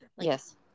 Yes